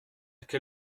quelle